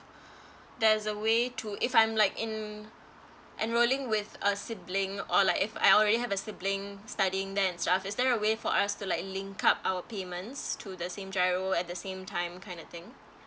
there's a way to if I'm like in enrolling with a sibling or like if I already have a sibling studying then stuff is there a way for us to like linked up our payments to the same giro at the same time kind of thing